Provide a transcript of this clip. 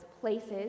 places